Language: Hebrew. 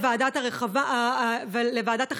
לוועדת החינוך.